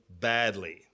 badly